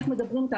איך מדברים איתה,